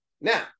Now